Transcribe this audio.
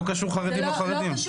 לא קשור חרדים לא חרדים.